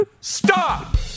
Stop